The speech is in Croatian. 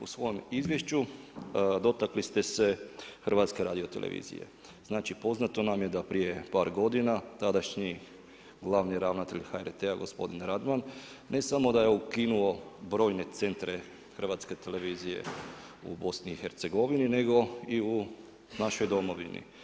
U svom izvješću dotakli ste se HRT-a, znači poznato nam je da prije par godina tadašnji glavni ravnatelj HRT-a gospodin Radman, ne samo da je ukinuo brojne centre HRT-a u BiH-u nego i u našoj domovini.